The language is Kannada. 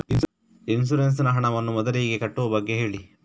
ಇನ್ಸೂರೆನ್ಸ್ ನ ಹಣವನ್ನು ಮೊದಲಿಗೆ ಕಟ್ಟುವ ಬಗ್ಗೆ ಹೇಳಿ